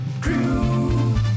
Crew